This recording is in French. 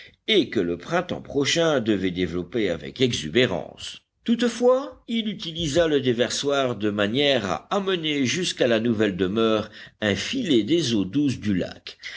et que le printemps prochain devait développer avec exubérance toutefois il utilisa le déversoir de manière à amener jusqu'à la nouvelle demeure un filet des eaux douces du lac